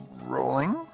Rolling